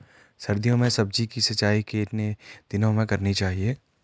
सर्दियों में सब्जियों की सिंचाई कितने दिनों में करनी चाहिए?